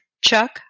Chuck